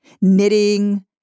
knitting